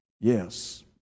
yes